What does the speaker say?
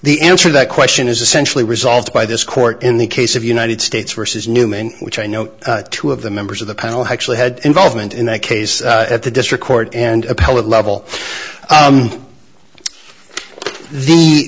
the answer that question is essentially resolved by this court in the case of united states versus newman which i know two of the members of the panel who actually had involvement in that case at the district court and appellate level the the